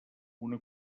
una